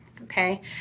okay